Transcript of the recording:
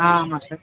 ஆ ஆமாம் சார்